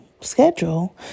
schedule